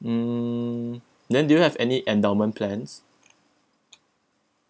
hmm then do you have any endowment plans